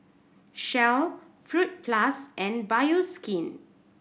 Shell Fruit Plus and Bioskin